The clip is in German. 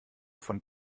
von